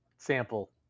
sample